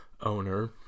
owner